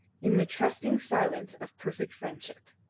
in the trusting silence of perfect friendship.